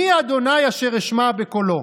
מי ה' אשר אשמע בקולו?